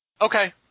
Okay